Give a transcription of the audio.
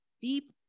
deep